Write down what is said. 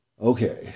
Okay